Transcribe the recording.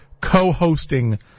co-hosting